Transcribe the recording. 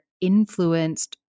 influenced